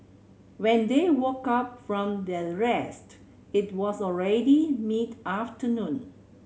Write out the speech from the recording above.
when they woke up from their rest it was already mid afternoon